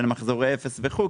של מחזורי אפס וכולי,